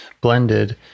blended